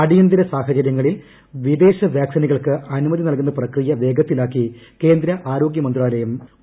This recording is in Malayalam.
അടിയന്തര സാഹചര്യങ്ങളിൽ വിദേശ വാക്സിനുകൾക്ക് അനുമതി നൽകുന്ന പ്രക്രിയ വേഗത്തിലാക്കിയതായി കേന്ദ്ര ആരോഗൃ മന്ത്രാലയം അറിയിച്ചു